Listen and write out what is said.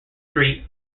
street